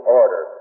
order